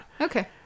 Okay